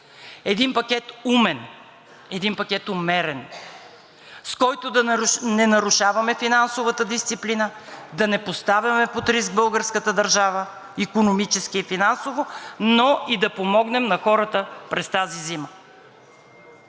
един пакет умен, един пакет умерен, с който да не нарушаваме финансовата дисциплина, да не поставяме под риск българската държава, икономически и финансово, но и да помогнем на хората през тази зима.